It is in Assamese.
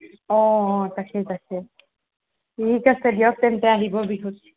অঁ তাকে তাকে ঠিক আছে দিয়ক তেন্তে আহিব বিহুত